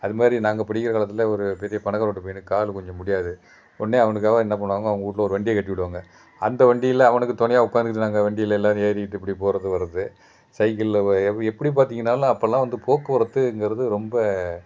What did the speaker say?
அதுமாரி நாங்கள் படிக்கிற காலத்தில் ஒரு பெரிய பணக்கார வீட்டு பையனுக்கு கால் கொஞ்சம் முடியாது உடனே அவனுக்காக என்ன பண்ணுவாங்க அவங்க வீட்ல ஒரு வண்டியை கட்டி விடுவாங்க அந்த வண்டியில் அவனுக்கு துணையா உட்காந்துக்கிட்டு நாங்கள் வண்டியில் எல்லாேரும் ஏறிக்கிட்டு இப்படி போவது வரது சைக்கிளில் ப எப் எப்படி பார்த்தீங்கன்னாலும் அப்பெல்லாம் வந்து போக்குவரத்துங்கிறது ரொம்ப